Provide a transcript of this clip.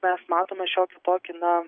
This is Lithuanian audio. mes matome šiokį tokį na